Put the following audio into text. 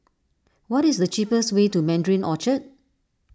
what is the cheapest way to Mandarin Orchard